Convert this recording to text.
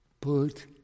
Put